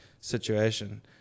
situation